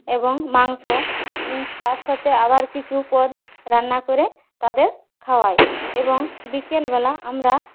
এবং মাংস তার সাথে আবার কিছু পদ রান্না করে তাদের খাওয়াই এবং বিকেলবেলা আমরা